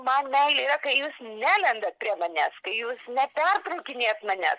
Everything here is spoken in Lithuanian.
man meilė yra kai jūs nelendat prie manęs kai jūs nepertraukinėjat manęs